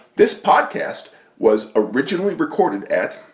this podcast was originally recorded at.